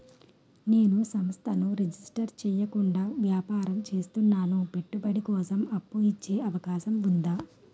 నేను సంస్థను రిజిస్టర్ చేయకుండా వ్యాపారం చేస్తున్నాను పెట్టుబడి కోసం అప్పు ఇచ్చే అవకాశం ఉందా?